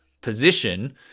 position